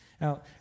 Now